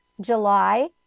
July